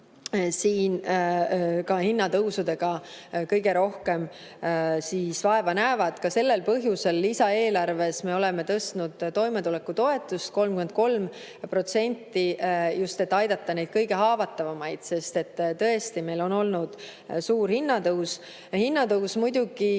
tõesti hinnatõusudega kõige rohkem vaeva näevad. Ka sellel põhjusel lisaeelarves me oleme tõstnud toimetulekutoetust 33%, just et aidata kõige haavatavamaid, sest tõesti, meil on olnud suur hinnatõus. Muidugi